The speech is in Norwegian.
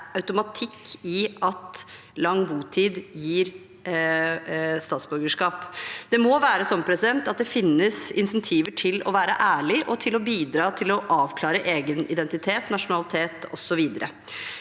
det er automatikk i at lang botid gir statsborgerskap. Det må finnes insentiver til å være ærlig og til å bidra til å avklare egen identitet, nasjonalitet osv.